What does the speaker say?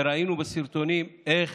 וראינו בסרטונים איך